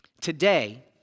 Today